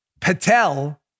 Patel